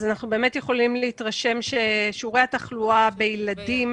אנחנו באמת יכולים להתרשם ששיעורי התחלואה בילדים